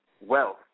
wealth